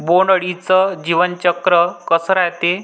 बोंड अळीचं जीवनचक्र कस रायते?